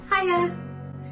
Hiya